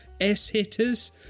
S-hitters